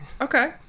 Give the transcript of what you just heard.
okay